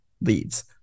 leads